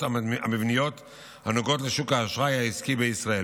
המבניות הנוגעות לשוק האשראי העסקי בישראל.